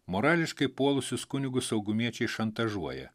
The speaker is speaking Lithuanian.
morališkai puolusius kunigus saugumiečiai šantažuoja